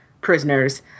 prisoners